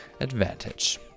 advantage